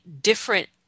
different